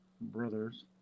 Brothers